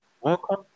welcome